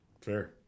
Fair